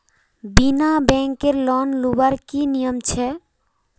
बिना बैंकेर लोन लुबार की नियम छे?